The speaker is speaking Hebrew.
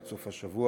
עד סוף השבוע,